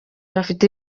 bafite